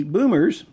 Boomers